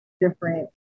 different